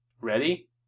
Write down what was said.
Ready